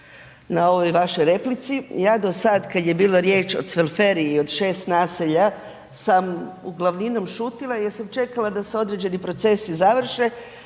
na ovoj vašoj replici. Ja do sad kad je bila riječ o Cvelferiji od šest naselja, sam uglavninom šutila jer sam čekala da se određeni procesi završe,